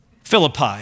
Philippi